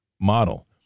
model